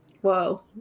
Whoa